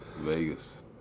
Vegas